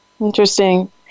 Interesting